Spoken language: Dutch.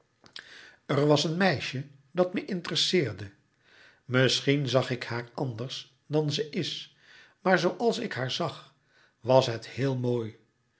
er was een meisje dat me interesseerde misschien zag ik haar anders dan ze is maar zooals ik haar zag was het heel mooi